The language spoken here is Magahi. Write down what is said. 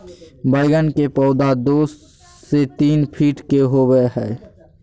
बैगन के पौधा दो से तीन फीट के होबे हइ